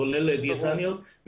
כולל דיאטניות,